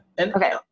Okay